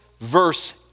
verse